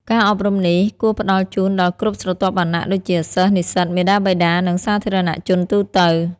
ការអប់រំនេះគួរផ្តល់ជូនដល់គ្រប់ស្រទាប់វណ្ណៈដូចជា សិស្ស និស្សិត មាតាបិតា និងសាធារណជនទូទៅ។